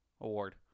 award